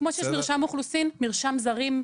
כמו שיש מרשם אוכלוסין, מרשם זרים.